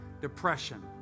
depression